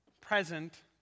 present